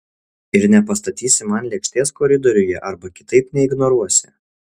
ir nepastatysi man lėkštės koridoriuje arba kitaip neignoruosi